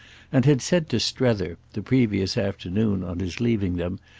and had said to strether, the previous afternoon on his leaving them,